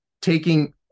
taking